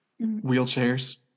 Wheelchairs